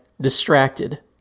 distracted